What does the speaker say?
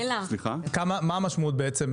סוכר --- מה המשמעות בעצם,